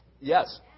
Yes